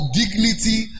dignity